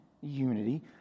unity